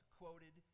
quoted